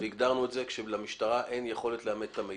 הגדרנו את זה כאשר למשטרה אין יכולת לאמת את המידע.